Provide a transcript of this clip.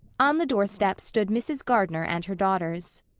on the doorstep stood mrs. gardner and her daughters.